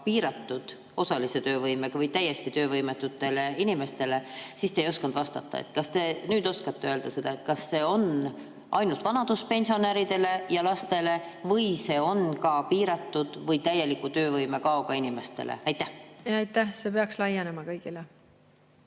piiratud, osalise töövõimega või täiesti töövõimetutele inimestele, siis te ei osanud vastata. Kas te nüüd oskate öelda, kas see on ainult vanaduspensionäridele ja lastele või on see ka piiratud töövõimega ja täielikult töövõime kaotanud inimestele? Aitäh! See peaks laienema kõigile.